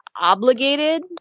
obligated